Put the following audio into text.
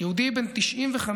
יהודי בן 95,